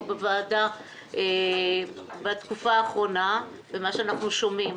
בוועדה בתקופה האחרונה ומה שאנחנו שומעים,